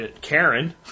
Karen